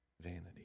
vanity